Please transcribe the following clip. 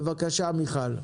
בבקשה מיכל.